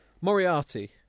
Moriarty